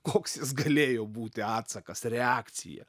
koks jis galėjo būti atsakas reakcija